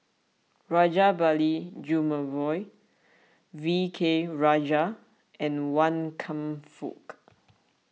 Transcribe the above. Rajabali Jumabhoy V K Rajah and Wan Kam Fook